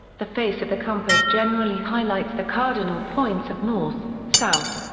the face of the compass generally highlights the cardinal points of north, south,